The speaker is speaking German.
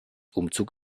umzug